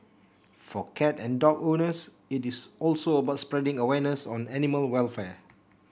for cat and dog owners it is also about spreading awareness on animal welfare